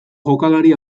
jokalari